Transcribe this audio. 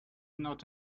not